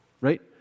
right